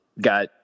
got